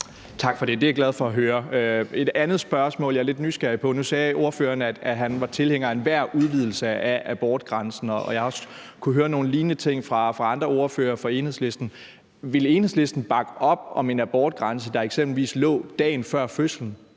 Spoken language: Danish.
Tak for det. Det er jeg glad for at høre. Jeg har et andet spørgsmål, jeg er lidt nysgerrig på. Nu sagde ordføreren, at han var tilhænger af enhver udvidelse af abortgrænsen, og jeg har også kunnet høre nogle lignende ting fra andre ordførere fra Enhedslisten. Ville Enhedslisten bakke op om en abortgrænse, der eksempelvis lå dagen før fødslen?